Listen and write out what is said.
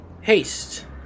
haste